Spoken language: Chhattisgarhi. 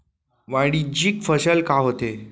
वाणिज्यिक फसल का होथे?